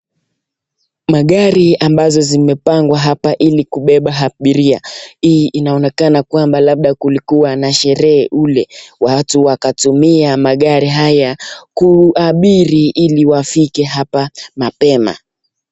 Magari ambazo zimepangwa hapa ili kubeba abiria hii inaonekana labda kwamba kulikuwa na sherehe mle watu wakatumia magari haya kuabiri ili wafike hapa mapema.